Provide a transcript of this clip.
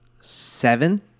seven